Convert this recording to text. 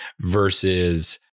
versus